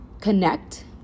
connect